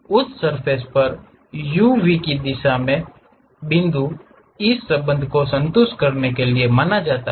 उस सर्फ़ेस पर uv की दिशा में बिंदु इस संबंध को संतुष्ट करने के लिए माना जाता है